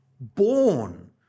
born